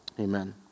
Amen